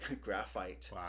graphite